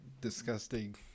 disgusting